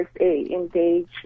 engage